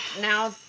now